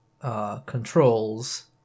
controls